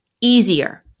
easier